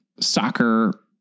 soccer